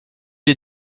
est